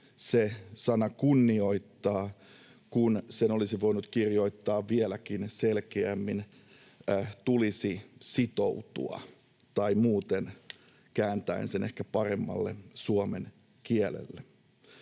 se sana ”kunnioittaa”, kun sen olisi voinut kirjoittaa vieläkin selkeämmin ”tulisi sitoutua” tai muuten kääntäen sen ehkä paremmalle suomen kielelle.